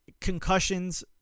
concussions